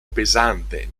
pesante